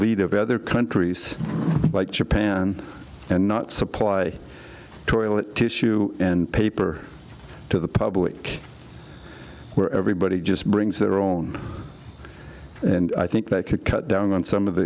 lead of other countries like japan and not supply toilet tissue paper to the public where everybody just brings their own and i think that could cut down on some of the